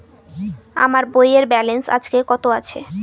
আমার বইয়ের ব্যালেন্স আজকে কত আছে?